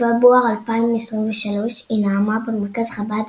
בפברואר 2023 היא נאמה במרכז חב"ד